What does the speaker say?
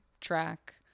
track